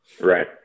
right